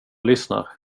lyssnar